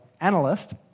analyst